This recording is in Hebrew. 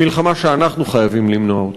מלחמה שאנחנו חייבים למנוע אותה.